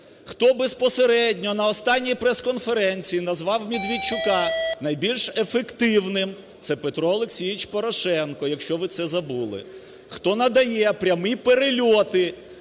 Хто безпосередньо на останній прес-конференції назвав Медведчука найбільш ефективним? Це Петро Олексійович Порошенко, якщо ви це забули. Хто надає прямі перельоти